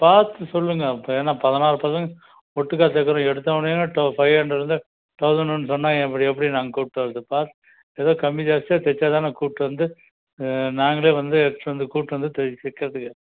பார்த்து சொல்லுங்கள் இப்போ ஏன்னா பதினாறு பசங்க ஒட்டுக்காக தைக்கிறோம் எடுத்தஉனே டோ ஃபைவ் ஹன்ரெட்டில் இருந்து தௌசன்ட்ன்னு சொன்னா அப்புறம் எப்படி நாங்கள் கூட்டுவர்றதுப்பா ஏதோ கம்மி ஜாஸ்தியாக தைச்சாதானே கூப்பிட்டு வந்து நாங்களே வந்து எடுத்துகிட்டு வந்து கூபிட்டு வந்து தைக்கிறதுக்கு